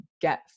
get